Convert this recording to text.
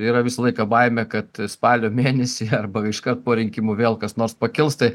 yra visą laiką baimė kad spalio mėnesį arba iškart po rinkimų vėl kas nors pakils tai